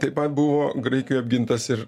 taip pat buvo graikijoj apgintas ir